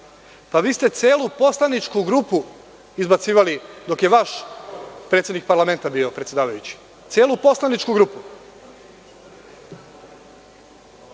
Vi ste celu poslaničku grupu izbacivali dok je vaš predsednik parlamenta bio predsedavajući, celu poslaničku grupu. Neće